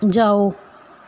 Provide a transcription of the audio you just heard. ਜਾਓ